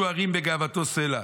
ירעשו הרים בגאותו סלה.